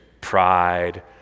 Pride